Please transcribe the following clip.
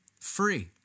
free